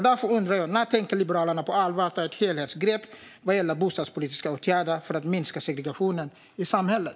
Därför undrar jag: När tänker Liberalerna på allvar ta ett helhetsgrepp vad gäller bostadspolitiska åtgärder för att minska segregationen i samhället?